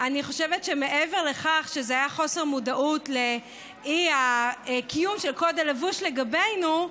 אני חושבת שמעבר לכך שזה היה חוסר מודעות לאי-קיום של קוד הלבוש לגבינו,